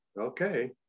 Okay